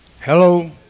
Hello